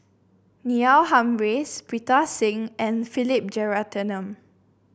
Neil Humphreys Pritam Singh and Philip Jeyaretnam